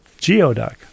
geoduck